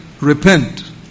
repent